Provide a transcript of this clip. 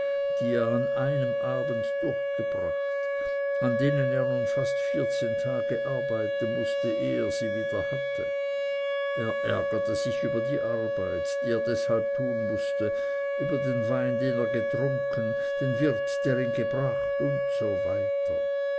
die er an einem abend durchgebracht an denen er nun fast vierzehn tage arbeiten mußte ehe er sie wieder hatte er ärgerte sich über die arbeit die er deshalb tun mußte über den wein den er getrunken den wirt der ihn gebracht usw